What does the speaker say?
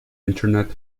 internet